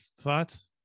thoughts